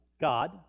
God